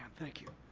thank you.